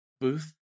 booth